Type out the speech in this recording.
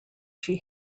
she